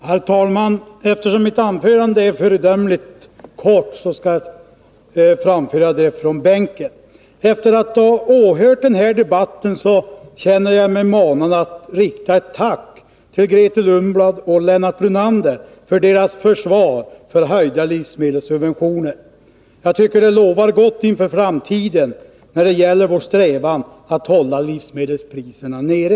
Herr talman! Eftersom mitt anförande skall bli föredömligt kort, skall jag framföra det från min bänk. Efter att ha åhört den här debatten känner jag mig manad att rikta ett tack till Grethe Lundblad och Lennart Brunander för deras försvar för höjda livsmedelssubventioner. Jag tycker att det lovar gott inför framtiden när det gäller vår strävan att hålla livsmedelspriserna nere.